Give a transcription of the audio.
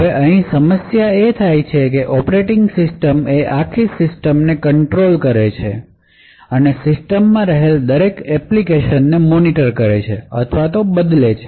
હવે અહીં સમસ્યા એ થાય છે કે ઓપરેટિંગ સિસ્ટમ એ આખી સિસ્ટમ કન્ટ્રોલ કરે છે અને સિસ્ટમ માં રહેલ દરેક એપ્લિકેશનને મોનીટર કરે છે અથવા તો બદલે છે